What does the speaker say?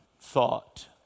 thought